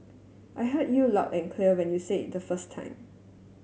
I heard you loud and clear when you said it the first time